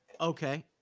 Okay